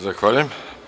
Zahvaljujem.